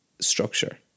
structure